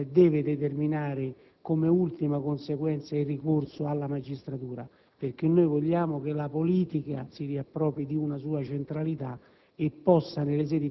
ma non deve determinare, come ultima conseguenza, il ricorso alla magistratura. Vogliamo che la politica si riappropri di una sua centralità